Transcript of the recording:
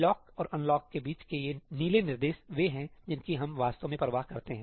lock और unlock के बीच के ये नीले निर्देश वे हैं जिनकी हम वास्तव में परवाह करते हैं